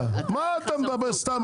מה אתה מדבר סתם?